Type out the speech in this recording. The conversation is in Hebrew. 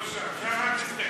לא שם, לשם אל תסתכל.